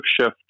shift